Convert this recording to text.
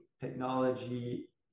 technology